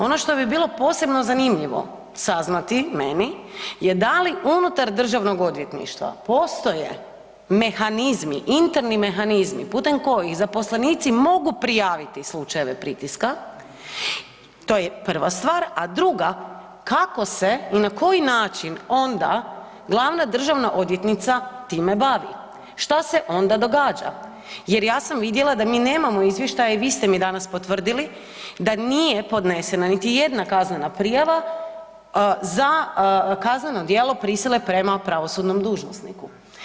Ono što bi bilo posebno zanimljivo saznati meni je da li unutar DORH-a postoje mehanizmi, interni mehanizmi putem kojih zaposlenici mogu prijaviti slučajeve pritiska, to je prva stvar, a druga, kako se i na koji način onda glavna državna odvjetnica time bavi, šta se onda događa jer ja sam vidjela da mi nemamo izvještaje i vi ste mi danas potvrdili da nije podnesena niti jedna kaznena prijava za kazneno djelo prsile prema pravosudnom dužnosniku.